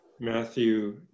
Matthew